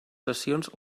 sessions